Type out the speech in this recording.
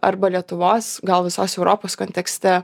arba lietuvos gal visos europos kontekste